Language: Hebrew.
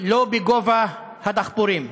לא בגובה הדחפורים.